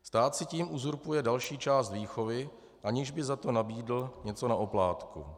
Stát si tím uzurpuje další část výchovy, aniž by za to nabídl něco na oplátku.